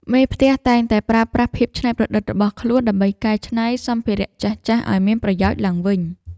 មេផ្ទះតែងតែប្រើប្រាស់ភាពច្នៃប្រឌិតរបស់ខ្លួនដើម្បីកែច្នៃសម្ភារៈចាស់ៗឱ្យមានប្រយោជន៍ឡើងវិញ។